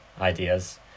ideas